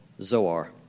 Zoar